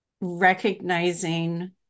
recognizing